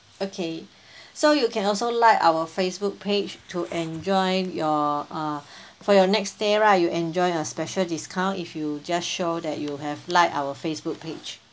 okay so you can also like our Facebook page to enjoy your uh for your next day right you enjoy a special discount if you just show that you have like our Facebook page